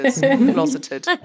closeted